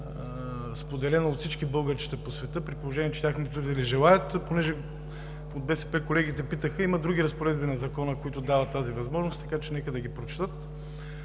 споделена от всички българчета по света, при положение че техните родители желаят. Понеже от БСП колегите питаха – има други разпоредби на Закона, които дават тази възможност, така че нека да ги прочетат.